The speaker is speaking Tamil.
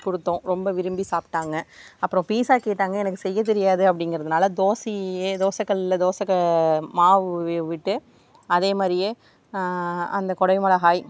கொடுத்தோம் ரொம்ப விரும்பி சாப்பிட்டாங்க அப்புறம் பீஸ்ஸா கேட்டாங்க எனக்கு செய்யத் தெரியாது அப்படிங்குறதுனால தோசையையே தோசை கல்லில் தோசைக்க மாவு விட்டு அதே மாதிரியே அந்த குடை மிளகாய்